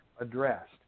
addressed